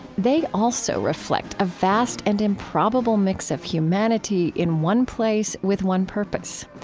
they also reflect a vast and improbable mix of humanity in one place with one purpose.